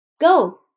Go